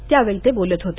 त्यावेळी ते बोलत होते